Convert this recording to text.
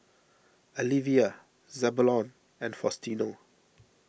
Alivia Zebulon and Faustino